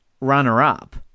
runner-up